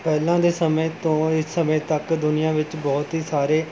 ਪਹਿਲਾਂ ਦੇ ਸਮੇਂ ਤੋਂ ਇਸ ਸਮੇਂ ਤੱਕ ਦੁਨੀਆਂ ਵਿੱਚ ਬਹੁਤ ਹੀ ਸਾਰੇ